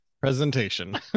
presentation